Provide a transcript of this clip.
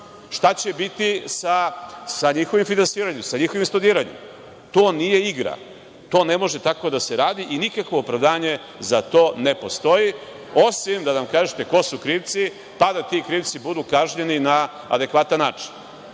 šta će biti sa njihovim finansiranjem i sa njihovim studiranjem? To nije igra. To ne može tako da se radi i nikakvo opravdanje za to ne postoji, osim da nam kažete ko su krivci, pa da ti krivci budu kažnjeni na adekvatan način. Sve